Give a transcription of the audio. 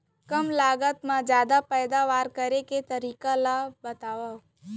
कम लागत मा जादा पैदावार करे के तरीका मन ला बतावव?